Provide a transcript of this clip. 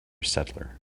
settler